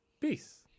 peace